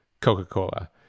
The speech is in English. Coca-Cola